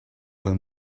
than